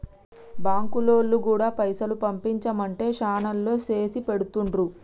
బాంకులోల్లు గూడా పైసలు పంపించుమంటే శనాల్లో చేసిపెడుతుండ్రు